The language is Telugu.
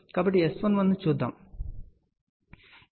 కాబట్టి S11చూద్దాం